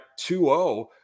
2-0